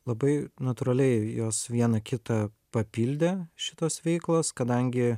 labai natūraliai jos viena kitą papildė šitos veiklos kadangi